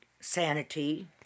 Sanity